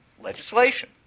legislation